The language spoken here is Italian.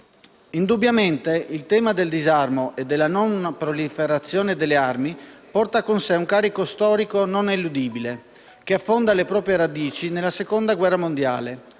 Indubbiamente, il tema del disarmo e della non proliferazione delle armi porta con sé un carico storico non eludibile, che affonda le proprie radici nella Seconda guerra mondiale,